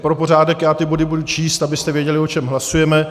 Pro pořádek ty body budu číst, abyste věděli, o čem hlasujeme.